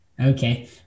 Okay